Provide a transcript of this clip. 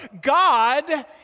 God